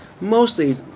mostly